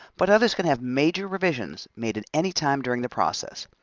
but others can have major revisions made in any time during the process.